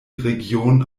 region